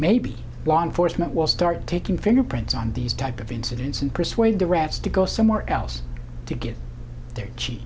maybe one force met will start taking fingerprints on these type of incidents and persuade the rats to go somewhere else to get their che